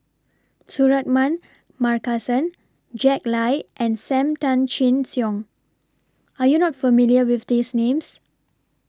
Suratman Markasan Jack Lai and SAM Tan Chin Siong Are YOU not familiar with These Names